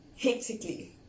hectically